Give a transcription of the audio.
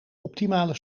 optimale